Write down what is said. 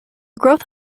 growth